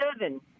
seven